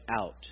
out